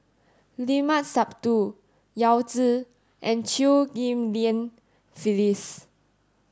Limat Sabtu Yao Zi and Chew Ghim Lian Phyllis